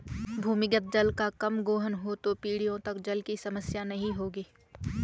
भूमिगत जल का कम गोहन हो तो पीढ़ियों तक जल की समस्या नहीं होगी